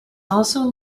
also